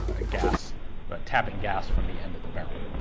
ah gas but tapping gas from the end of the barrel.